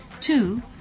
two